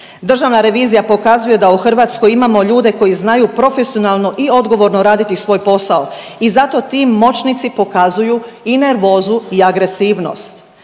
Državna revizija pokazuje da u Hrvatskoj imamo ljude koji znaju profesionalno i odgovorno raditi svoj posao i zato ti moćnici pokazuju i nervozu i agresivnost.